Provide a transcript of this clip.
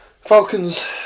Falcons